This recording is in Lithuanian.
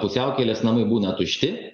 pusiaukelės namai būna tušti